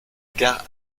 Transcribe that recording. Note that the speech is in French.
gare